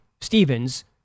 Stevens